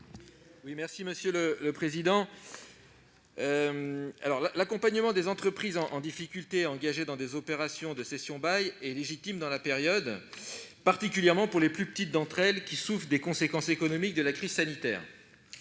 Guillaume Gontard. L'accompagnement des entreprises en difficulté engagées dans des opérations de cession-bail est légitime dans la période, particulièrement pour les plus petites d'entre elles, qui souffrent des conséquences économiques de la crise sanitaire.